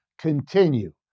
continue